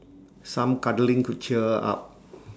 some cuddling could cheer her up